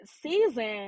season